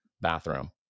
bathroom